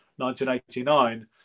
1989